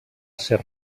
ser